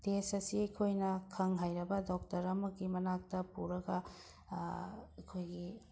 test ꯑꯁꯤ ꯑꯩꯈꯣꯏꯅ ꯈꯪ ꯍꯩꯔꯕ ꯗꯣꯛꯇꯔ ꯑꯃꯒꯤ ꯃꯅꯥꯛꯇ ꯄꯨꯔꯒ ꯑꯩꯈꯣꯏꯒꯤ